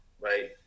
Right